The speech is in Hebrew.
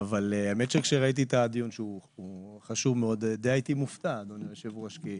שהוא חשוב מאוד, די הייתי מופתע, אדוני היושב ראש.